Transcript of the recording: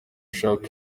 bashaka